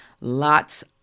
lots